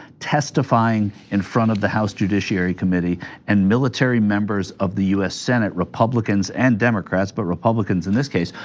testifying in front of the house judiciary committee and military members of the us senate republicans and democrats, but republicans in this case,